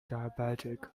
diabetic